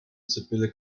sibylle